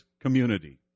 community